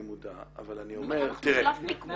אני מודע אבל אני אומר -- אבל אנחנו קלף מיקוח.